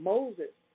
Moses